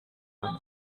from